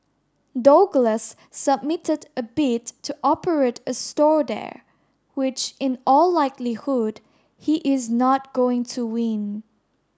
Douglas submitted a bid to operate a stall there which in all likelihood he is not going to win